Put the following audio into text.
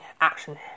action